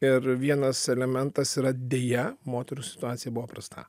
ir vienas elementas yra deja moterų situacija buvo prasta